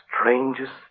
strangest